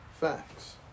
Facts